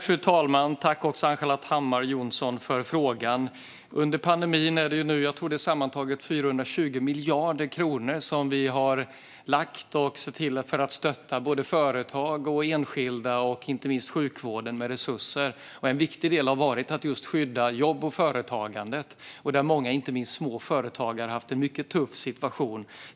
Fru talman! Tack, Ann-Charlotte Hammar Johnsson, för frågan! Under pandemin har vi nu lagt sammantaget 420 miljarder kronor för att stötta företag, enskilda och inte minst sjukvården med resurser. En viktig del har varit att skydda jobb och företagande. Inte minst många små företagare har haft en mycket tuff situation.